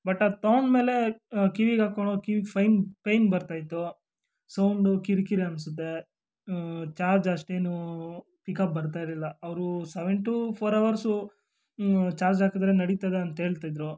but ಅದು ತೊಗೊಂಡು ಮೇಲೆ ಕಿವಿಗೆ ಹಾಕೋಣ ಕಿವಿ ಫೈನ್ ಪೈನ್ ಬರ್ತಾಯಿತ್ತು ಸೌಂಡು ಕಿರಿಕಿರಿ ಅನ್ನಿಸುತ್ತೆ ಚಾರ್ಜ್ ಅಷ್ಟೇನೂ ಪಿಕಪ್ ಬರ್ತಾಯಿರ್ಲಿಲ್ಲ ಅವರು seven to four hours charge ಹಾಕಿದರೆ ನಡೀತದೆ ಅಂತ ಹೇಳ್ತಿದ್ರು